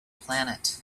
planet